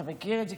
אתה מכיר את זה,